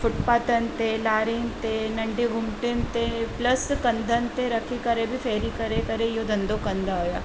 फूटपातनि ते लारीनि ते नंढे घुमटेनि ते प्लस कंधनि ते रखी करे बि फेरी करे करे इहो धंधो कंदा हुआ